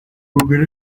mugore